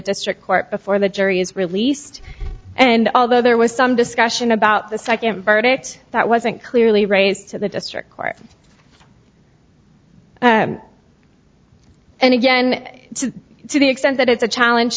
district court before the jury is released and although there was some discussion about the second verdict that wasn't clearly raised to the district court and again to the extent that it's a challenge